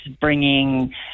bringing